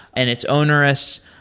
and it's onerous.